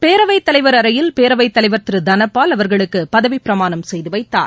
பேரவைத் தலைவர் அறையில் பேரவைத் தலைவர் திரு தனபால் அவர்களுக்கு பதவிப் பிரமாணம் செய்து வைத்தார்